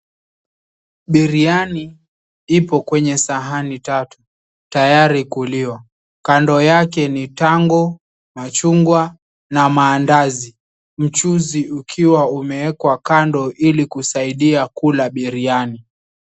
Biriani iko kwenye sahani tatu tayari kuliwa. Kando yake ni tango, machungwa na maandazi. Mchuzi ukiwa umeekwa kando ili kusaidia kula biriani.